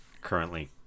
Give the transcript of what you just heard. currently